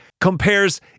compares